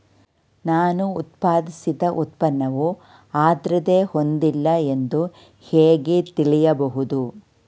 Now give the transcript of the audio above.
ನಾನು ಉತ್ಪಾದಿಸಿದ ಉತ್ಪನ್ನವು ಆದ್ರತೆ ಹೊಂದಿಲ್ಲ ಎಂದು ಹೇಗೆ ತಿಳಿಯಬಹುದು?